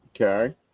Okay